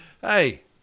Hey